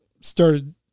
started